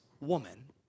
woman